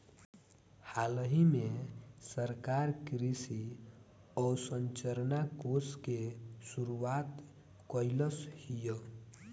हालही में सरकार कृषि अवसंरचना कोष के शुरुआत कइलस हियअ